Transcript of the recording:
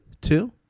two